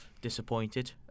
disappointed